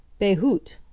Behut